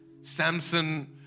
Samson